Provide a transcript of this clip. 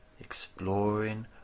exploring